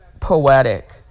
poetic